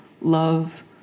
love